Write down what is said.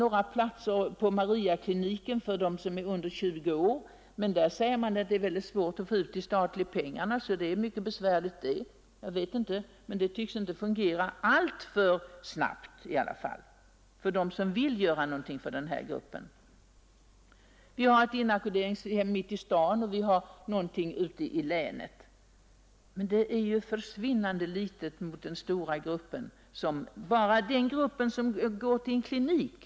Vidare har man på Mariakliniken några platser för narkomaner under 20 år, men där säger man att det är mycket svårt att få ut pengar från staten. Jag vet inte hur det förhåller sig med den saken, men verksamheten tycks i alla fall inte fungera särskilt bra för dem som vill göra någonting för narkomanerna. Vi har också ett inackorderingshem mitt i staden och ett annat ute i länet, men antalet platser är försvinnande litet jämfört bara med den stora grupp av sjuka som söker sig till en klinik.